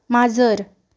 माजर